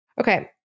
Okay